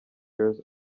girls